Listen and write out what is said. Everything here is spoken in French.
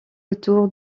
autour